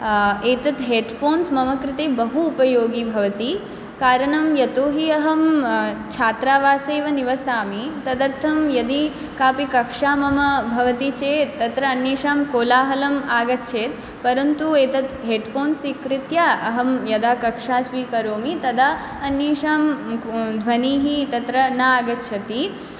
एतत् headphones मम कृते बहु उपयोगी भवति कारणं यतोहि अहं छात्रावासेव निवसामि तदर्थं यदि कापि कक्षा मम भवति चेत् तत्र अन्येषां कोलाहलम् आगच्छेत् परन्तु एतत् हेड् फोन्स् स्वीकृत्य अहं यदा कक्षा स्वीकरोमि तदा अन्येषां ध्वनिः तत्र न आगच्छति